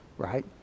Right